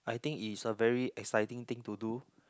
I think is a very exciting thing to do